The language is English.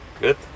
Good